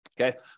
Okay